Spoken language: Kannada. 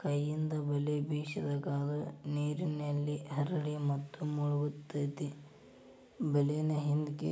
ಕೈಯಿಂದ ಬಲೆ ಬೇಸಿದಾಗ, ಅದು ನೇರಿನ್ಮ್ಯಾಲೆ ಹರಡಿ ಮತ್ತು ಮುಳಗತೆತಿ ಬಲೇನ ಹಿಂದ್ಕ